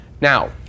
Now